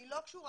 היא לא קשורה.